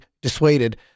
dissuaded